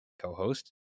co-host